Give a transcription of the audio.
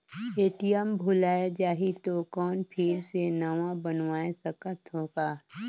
ATM भुलाये जाही तो कौन फिर से नवा बनवाय सकत हो का?